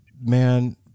man